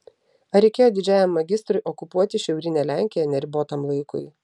ar reikėjo didžiajam magistrui okupuoti šiaurinę lenkiją neribotam laikui